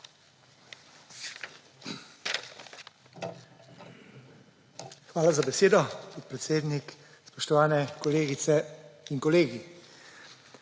Hvala za besedo, podpredsednik. Spoštovani kolegice in kolegi!